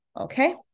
Okay